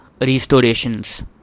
Restorations